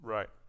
Right